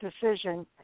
decision